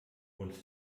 uns